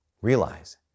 Realize